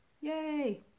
yay